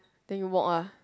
then you walk ah